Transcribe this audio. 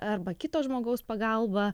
arba kito žmogaus pagalba